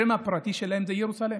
השם הפרטי שלהן הוא ירוסלם.